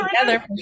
together